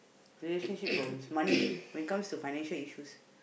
relationship problems money when it comes to financial issues